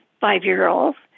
five-year-olds